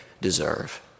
deserve